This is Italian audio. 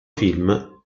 film